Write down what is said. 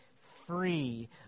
free